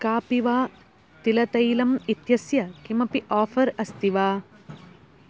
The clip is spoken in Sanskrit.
कापि वा तिलतैलम् इत्यस्य किमपि आफ़र् अस्ति वा